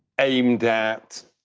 aimed at